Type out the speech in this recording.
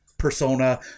persona